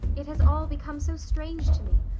it has all become so strange to me.